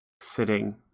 sitting